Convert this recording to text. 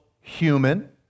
human